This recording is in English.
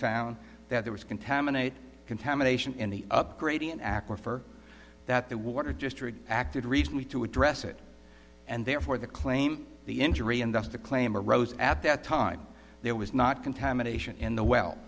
found that there was contaminated contamination in the upgrading an aquifer that the water just acted recently to address it and therefore the claim the injury and thus the claim arose at that time there was not contamination in the well